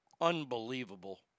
Unbelievable